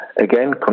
again